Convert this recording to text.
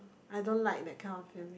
I don't like that kind of feeling